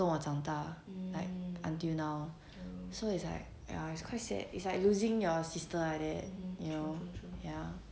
跟我长大 like until now so it's like ya it's quite sad it's like losing your sister like that you know ya